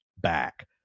back